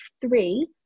three